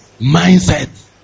Mindset